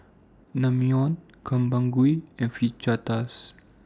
Naengmyeon Gobchang Gui and Fajitas